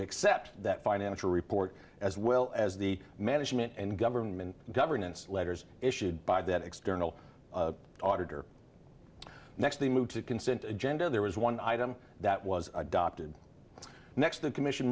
accept that financial report as well as the management and government governance letters issued by that external auditor next the move to consent agenda there was one item that was adopted next the commission